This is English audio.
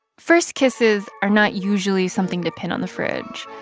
first kisses are not usually something to pin on the fridge.